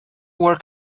work